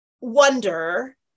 wonder